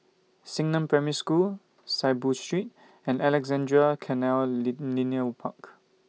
Xingnan Primary School Saiboo Street and Alexandra Canal Linear Park